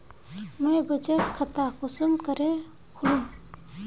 मुई बचत खता कुंसम करे खोलुम?